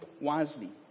wisely